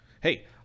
Hey